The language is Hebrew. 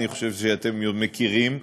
אני חושב שאתם מכירים,